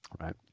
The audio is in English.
right